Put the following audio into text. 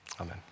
Amen